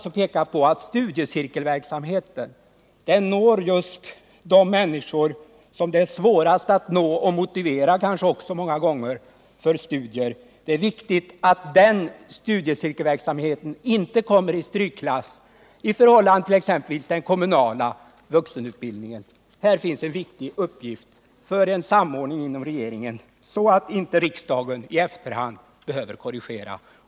Studiecirkelverksamheten når just de människor som det är svårast att nå och motivera för studier. Det är viktigt att denna verksamhet inte kommer i strykklass i förhållande till exempelvis den kommunala vuxenutbildningen. Detta är en viktig uppgift för en samordning inom regeringen, så att inte riksdagen i efterhand behöver korrigera.